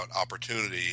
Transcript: opportunity